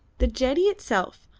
the jetty itself,